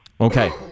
Okay